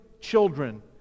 children